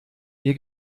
mir